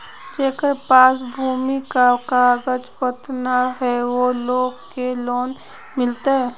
जेकरा पास भूमि का कागज पत्र न है वो लोग के लोन मिलते?